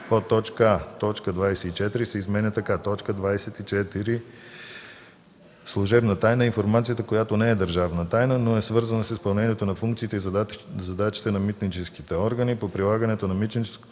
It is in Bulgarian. а) Точка 24 се изменя така: „24. „Служебна тайна” е информацията, която не е държавна тайна, но е свързана с изпълнението на функциите и задачите на митническите органи по прилагането на митническото,